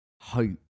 hope